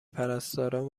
پرستاران